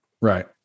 right